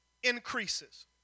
increases